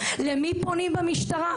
למי פונים במשטרה?